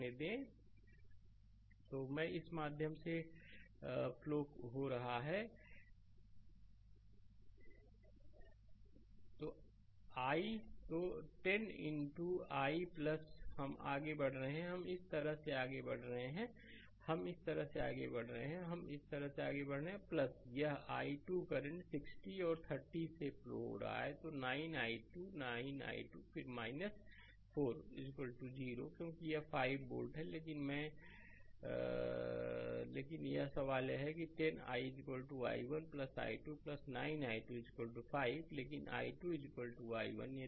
slide समय देखें 2958 तो मैं इस के माध्यम से फ्लो हो रहा है I तो 10 इनटू i हम आगे बढ़ रहे हैं हम इस तरह से आगे बढ़ रहे हैं हम इस तरह आगे बढ़ रहे हैं हम इस तरह आगे बढ़ रहे हैं आपका यह i2 करंट 60 और 30 से फ्लो हो रहा है तो 90 i2 90 i2 फिर 4 0 क्योंकि यह 5 वोल्ट है लेकिन मैं था लेकिन सवाल यह है कि 10 i i1 i2 90 i2 5 लेकिन i2 i1